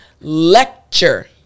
lecture